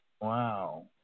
Wow